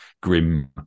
grim